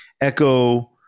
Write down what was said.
Echo